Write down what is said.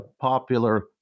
popular